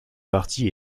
parti